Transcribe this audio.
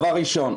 ראשית,